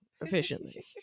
efficiently